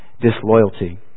disloyalty